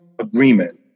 agreement